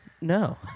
No